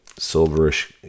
silverish